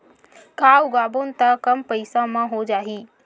का उगाबोन त कम पईसा म हो जाही?